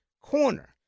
corner